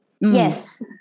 Yes